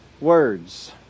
words